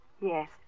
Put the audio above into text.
Yes